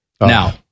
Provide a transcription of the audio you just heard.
Now